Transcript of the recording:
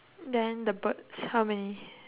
then the birds how many